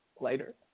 Later